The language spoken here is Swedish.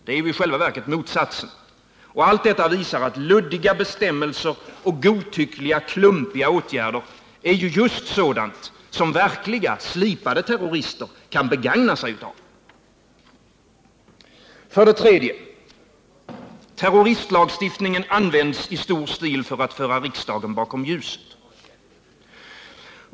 Det är i själva verket motsatsen. Allt detta visar att luddiga bestämmelser och godtyckliga, klumpiga åtgärder just är sådant som slipade, verkliga terrorister kan begagna. För det tredje. Terroristlagstiftningen används i stor stil för att föra riksdagen bakom ljuset.